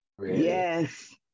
Yes